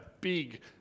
big